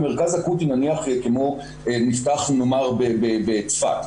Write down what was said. במרכז אקוטי נניח שנפתח נאמר בצפת,